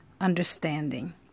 understanding